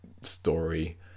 story